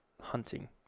hunting